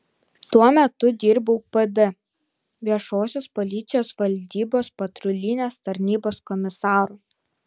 tuo metu dirbau pd viešosios policijos valdybos patrulinės tarnybos komisaru